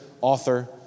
author